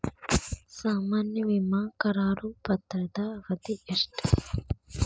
ಸಾಮಾನ್ಯ ವಿಮಾ ಕರಾರು ಪತ್ರದ ಅವಧಿ ಎಷ್ಟ?